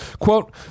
quote